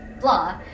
blah